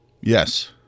Yes